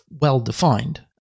well-defined